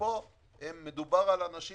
ופה מדובר באנשים